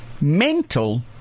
mental